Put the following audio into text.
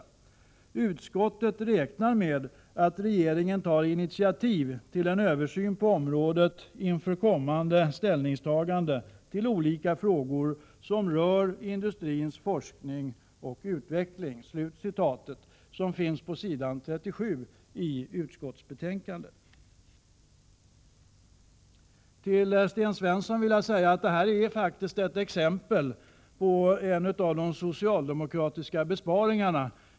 Utskottet räknar med att regeringen tar initiativ till en översyn på området inför kommande ställningstaganden till olika frågor som rör industrins forskning och utveckling.” Jag vill framhålla för Sten Svensson att detta faktiskt är ett exempel på en av de socialdemokratiska besparingarna.